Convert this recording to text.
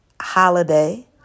holiday